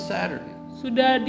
Saturday